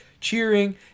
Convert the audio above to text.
cheering